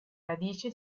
radice